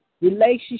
relationship